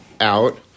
out